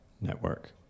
network